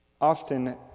Often